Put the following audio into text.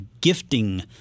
gifting